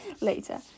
later